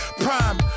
Prime